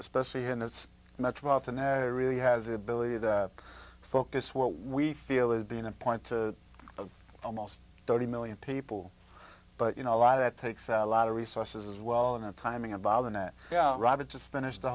especially in the metropolitan area really has ability to focus what we feel is being a point of almost thirty million people but you know a lot of that takes a lot of resources as well and the timing about the net rabbit just finished the